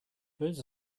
birds